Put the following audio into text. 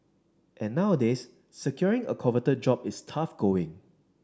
and nowadays securing a coveted job is tough going